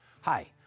Hi